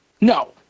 No